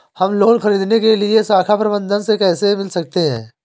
हम लोन ख़रीदने के लिए शाखा प्रबंधक से कैसे मिल सकते हैं?